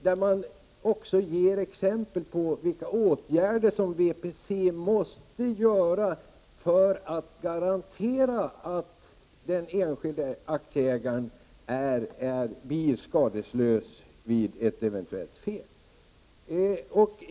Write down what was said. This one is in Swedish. Det ges också exempel på vilka åtgärder som VPC måste vidta för att garantera att den enskilde aktieägaren blir skadeslös vid ett eventuellt fel.